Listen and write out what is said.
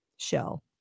shell